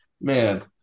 man